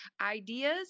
ideas